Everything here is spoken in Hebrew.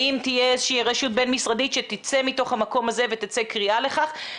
האם תהיה איזושהי רשות בין-משרדית שתצא מתוך המקום הזה ותצא קריאה לכך.